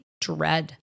dread